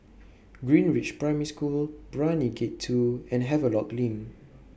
Greenridge Primary School Brani Gate two and Havelock LINK